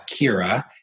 Kira